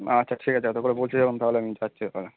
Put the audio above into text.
আচ্ছা ঠিক আছে এতো করে বলছে যখন তাহলে আমি যাচ্ছি ওখানে